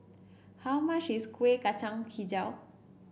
how much is Kuih Kacang hijau